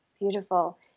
beautiful